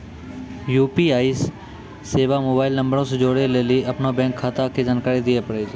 UPI सेबा mobile नंबरो से जोड़ै लेली अपनो बैंक खाता के जानकारी दिये पड़ै छै